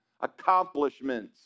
accomplishments